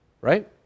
right